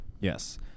yes